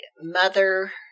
mother